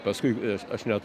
paskui aš net